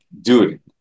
dude